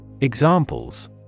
Examples